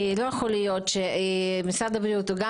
לא יכול להיות שמשרד הבריאות הוא גם